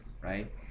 right